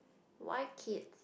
why kid